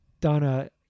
donna